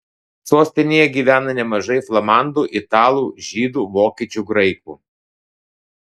sostinėje gyvena nemažai flamandų italų žydų vokiečių graikų